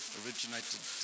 originated